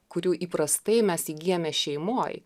kurių įprastai mes įgyjame šeimoj